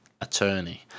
attorney